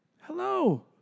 Hello